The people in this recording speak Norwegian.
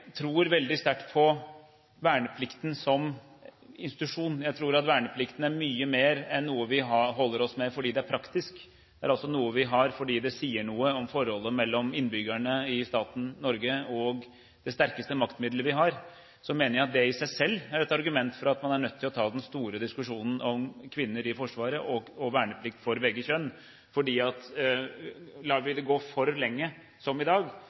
tror verneplikten er mye mer enn noe vi holder oss med fordi det er praktisk. Det er også noe vi har fordi det sier noe om forholdet mellom innbyggerne i staten Norge og det sterkeste maktmiddelet vi har. Jeg mener at det i seg selv er et argument for at man er nødt til å ta den store diskusjonen om kvinner i Forsvaret og verneplikt for begge kjønn. Lar vi det gå for lenge som i dag,